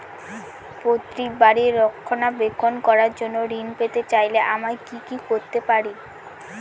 পৈত্রিক বাড়ির রক্ষণাবেক্ষণ করার জন্য ঋণ পেতে চাইলে আমায় কি কী করতে পারি?